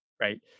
right